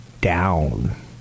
down